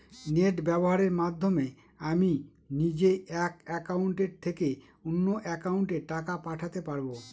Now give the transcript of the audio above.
Net ব্যবহারের মাধ্যমে আমি নিজে এক অ্যাকাউন্টের থেকে অন্য অ্যাকাউন্টে টাকা পাঠাতে পারব?